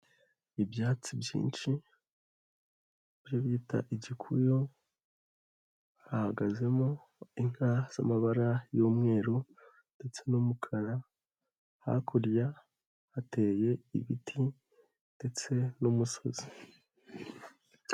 Ibyatsi byinshi byo bita igikuyu hahagazemo inka z'amabara y'umweru ndetse n'umukara, hakurya hateye ibiti ndetse n'umusozi.